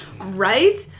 Right